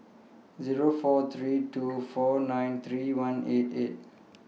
Zero four three two four nine three one eight eight